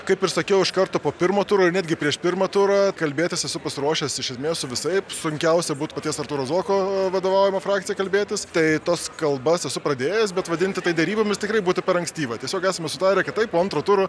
kaip ir sakiau iš karto po pirmo turo ir netgi prieš pirmą turą kalbėtis esu pasiruošęs iš esmės su visaip sunkiausia būtų paties artūro zuoko vadovaujama frakcija kalbėtis tai tas kalbas esu pradėjęs bet vadinti tai derybomis tikrai būtų per ankstyva tiesiog esame sutarę kad taip po antro turo